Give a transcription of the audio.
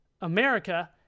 America